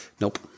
Nope